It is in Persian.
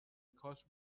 کاش